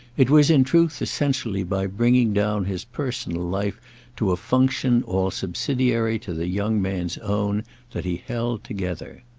it was in truth essentially by bringing down his personal life to a function all subsidiary to the young man's own that he held together.